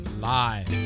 live